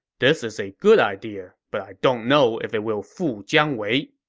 this is a good idea, but i don't know if it will fool jiang wei.